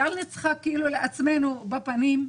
ואל נצחק לעצמנו בפנים.